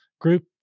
group